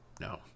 no